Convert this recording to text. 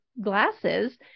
glasses